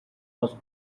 was